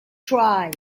try